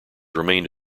remained